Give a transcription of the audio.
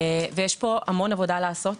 ויש פה המון עבודה לעשות,